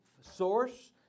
source